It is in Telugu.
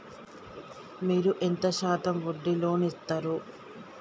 మీరు ఎంత శాతం వడ్డీ లోన్ ఇత్తరు?